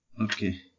Okay